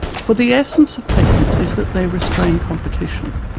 for the essence of patents is that they restrain competition.